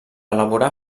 elaborar